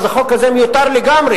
אז החוק הזה מיותר לגמרי.